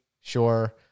Sure